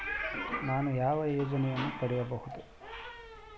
ನಾನು ಯಾವ ಯೋಜನೆಯನ್ನು ಪಡೆಯಬಹುದು?